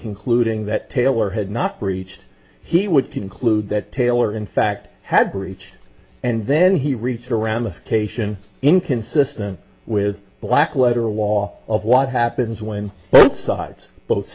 concluding that taylor had not breached he would conclude that taylor in fact had breached and then he reached around the cation inconsistent with black letter law of what happens when both sides both